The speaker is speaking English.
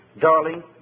darling